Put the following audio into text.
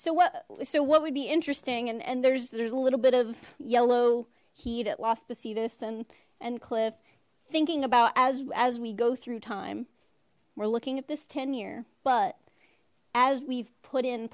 what so what would be interesting and and there's there's a little bit of yellow heat at las positas and and cliff thinking about as we go through time we're looking at this ten year but as we've put in